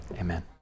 Amen